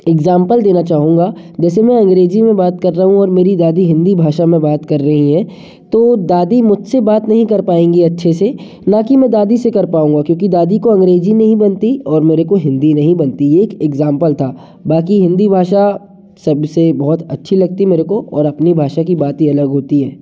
example देना चाहूँगा जैसे मैं अंग्रेजी में बात कर रहा हूँ और मेरी दादी हिंदी भाषा में बात कर रही है तो दादी मुझसे बात नहीं कर पाएँगी अच्छे से ना कि मैं दादी से कर पाऊँगा क्योंकि दादी को अंग्रेजी नहीं बनती और मेरे को हिंदी नहीं बनती ये एक एग्जांपल था बाकी हिंदी भाषा सबसे बहुत अच्छी लगती मेरे को और अपनी भाषा की बात ही अलग होती है